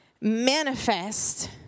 manifest